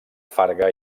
farga